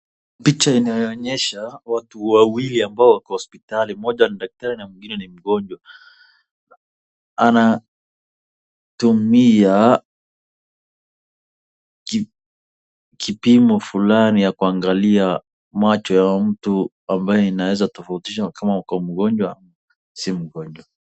Picha inayoonyesha watu wawili ambao wako hosipitali, mmoja ni daktari na mwingine ni mgonjwa. Anatumia kipimo fulani ya kuangalia macho ya mtu ambayo inaweza kutofautisha kama uko mgonjwa si mgonjwa